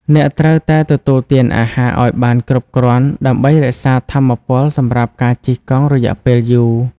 អ្នកត្រូវតែ ទទួលទានអាហារអោយបានគ្រប់គ្រាន់ ដើម្បីរក្សាថាមពលសម្រាប់ការជិះកង់រយៈពេលយូរ។